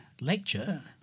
lecture